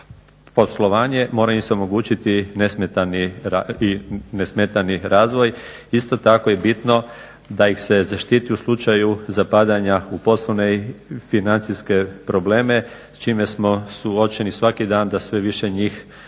poslovanje mora im se omogućiti i nesmetani razvoj. Isto tako je bitno da ih se zaštiti u slučaju zapadanja u poslovne i financijske probleme s čime smo suočeni svaki dan da sve više njih